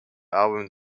album